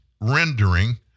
rendering